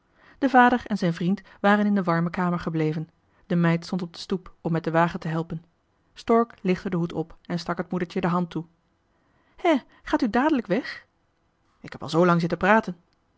de vader en zijn vriend waren in de warme kamer gebleven de meid stond op de stoep om met den wagen te helpen stork lichtte den hoed op en stak het moedertje de hand toe hè gaat u dadelijk weg ik heb al zoo lang zitten praten